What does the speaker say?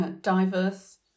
diverse